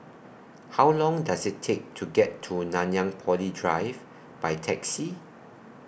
How Long Does IT Take to get to Nanyang Poly Drive By Taxi